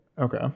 Okay